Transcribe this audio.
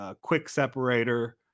quick-separator